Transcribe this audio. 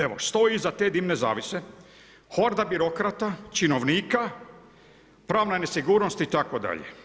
Evo stoji iza te dimne zavjese horda birokrata, činovnika, pravna nesigurnost itd.